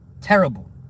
terrible